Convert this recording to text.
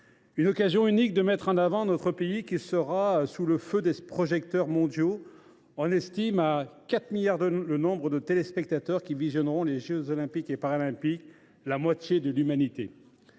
une occasion unique de mettre en avant notre pays, qui sera sous le feu des projecteurs mondiaux. On estime à 4 milliards le nombre de téléspectateurs qui visionneront les JOP, soit la moitié de l’humanité